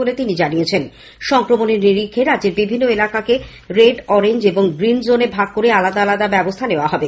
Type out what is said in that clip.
সেই কারণে সংক্রমণের নিরিখে রাজ্যের বিভিন্ন এলাকাকে রেড অরেঞ্জ এবং গ্রীন জোন এ ভাগ করে আলাদা আলাদা ব্যবস্থা নেওয়া হবে